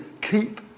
keep